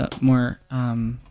more